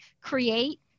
create